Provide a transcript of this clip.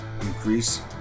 increase